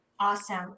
Awesome